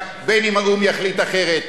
בין אם האו"ם יחליט אחרת,